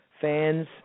fans